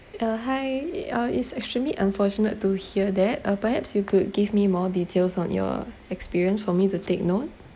uh hi uh it's extremely unfortunate to hear that uh perhaps you could give me more details on your experience for me to take note